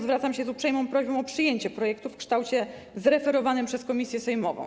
Zwracam się z uprzejmą prośbą o przyjęcie projektu w kształcie zreferowanym przez komisję sejmową.